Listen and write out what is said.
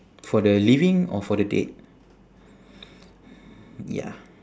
for the living or for the dead ya